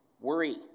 worry